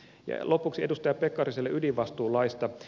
ja lopuksi edustaja pekkariselle ydinvastuulaista